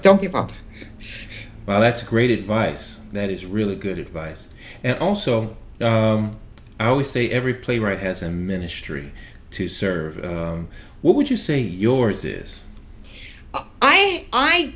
don't give up well that's great advice that is really good advice and also i always say every playwright has a ministry to serve what would you say yours is i i i